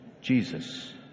Jesus